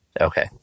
Okay